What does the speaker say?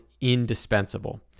indispensable